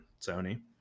Sony